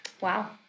Wow